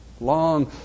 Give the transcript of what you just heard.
Long